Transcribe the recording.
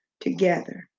together